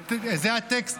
זה הטקסט,